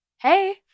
Hey